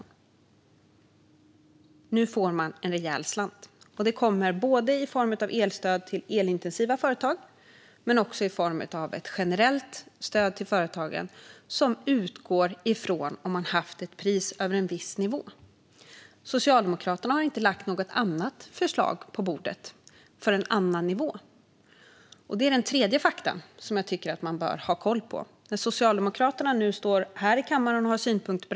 Nu får de en rejäl slant, som kommer både i form av elstöd till elintensiva företag och i form av ett generellt stöd till företagen om de haft ett pris över en viss nivå. Socialdemokraterna har inte lagt något förslag på bordet om någon annan nivå. Det är det tredje som jag tycker att man bör ha koll på. Socialdemokraterna står nu här i kammaren och har synpunkter.